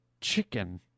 chicken